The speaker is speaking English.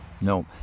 No